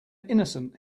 innocent